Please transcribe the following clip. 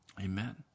Amen